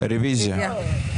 רוויזיה.